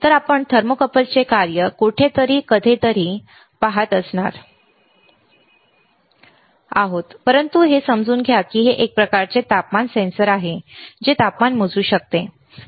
तर आपण थर्मोकूपलचे कार्य कोठेतरी कधीतरी पाहणार आहोत परंतु हे समजून घ्या की हे एक प्रकारचे तापमान सेन्सर आहे जे तापमान मोजू शकते